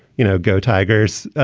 you know, go tigers,